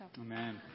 Amen